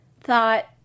thought